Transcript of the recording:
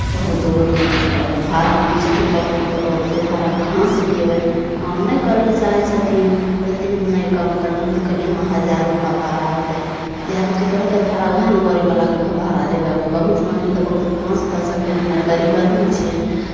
बहुत दूर तऽ ओ भाड़ा मङ्गै छथिन बहुत तऽ बहुते भाड़ा हम कहाँसँ देबै कम नहि करय लए चाहै छथिन कहै छथिन हम नहि कम करबै हम तऽ कहलियै हँ हजार रुपैआ भाड़ा होतै जएह उचित रहतै भाड़ा उएह ने गाड़ीवलाकेँ भाड़ा देबै आ ओ बहुत मङ्गै रहथिन तऽ बहुत हम कहाँसँ दऽ सकली हमेआर गरीब आदमी छियै